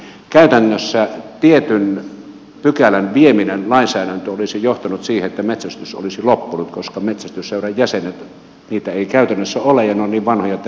käytännössä tietyn pykälän vieminen lainsäädäntöön olisi johtanut siihen että metsästys olisi loppunut koska metsästysseuran jäseniä ei käytännössä ole tai he ovat niin vanhoja että he eivät pysty metsästämään